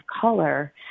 color